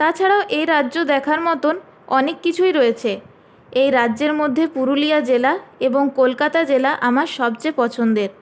তাছাড়াও এ রাজ্যে দেখার মতন অনেক কিছুই রয়েছে এ রাজ্যের মধ্যে পুরুলিয়া জেলা এবং কলকাতা জেলা আমার সবচেয়ে পছন্দের